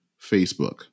Facebook